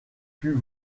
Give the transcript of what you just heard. fut